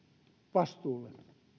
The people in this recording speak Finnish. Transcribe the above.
vastuulle